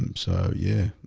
um so yeah,